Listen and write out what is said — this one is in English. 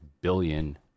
billion